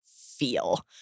feel